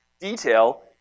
detail